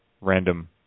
random